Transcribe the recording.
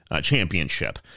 championship